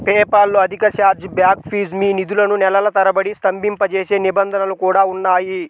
PayPal లో అధిక chargeback fee, మీ నిధులను నెలల తరబడి స్తంభింపజేసే నిబంధనలు కూడా ఉన్నాయి